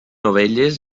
ovelles